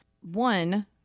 One